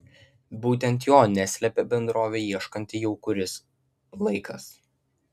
būtent jo neslepia bendrovė ieškanti jau kuris laikas